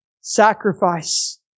sacrifice